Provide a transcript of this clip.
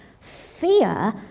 Fear